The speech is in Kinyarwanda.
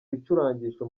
bicurangisho